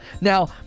Now